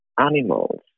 animals